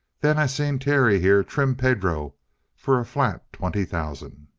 then i seen terry, here, trim pedro for a flat twenty thousand!